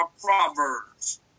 Proverbs